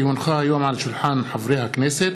כי הונחה היום על שולחן הכנסת,